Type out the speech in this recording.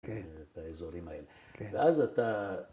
‫את האזורים האלה. ‫ואז אתה...